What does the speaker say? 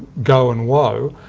go and whoa,